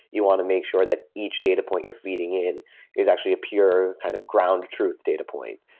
you want to make sure that each data point you're feeding in is actually a pure kind of ground truth data point.